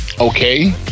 Okay